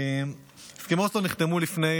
הסכמי אוסלו נחתמו לפני